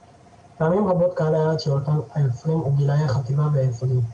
פעמים רבות קהל היעד של אותם היוצרים הוא גילאי חטיבה ויסודי.